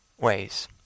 ways